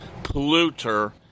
polluter